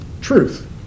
Truth